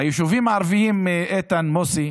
ביישובים הערביים, איתן, מוסי,